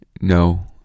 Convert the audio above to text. No